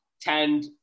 tend